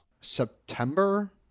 September